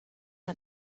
una